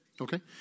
Okay